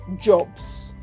jobs